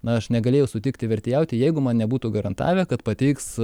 na aš negalėjau sutikti vertėjauti jeigu man nebūtų garantavę kad pateiks